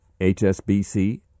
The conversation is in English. HSBC